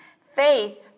faith